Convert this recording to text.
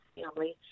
family